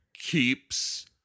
keeps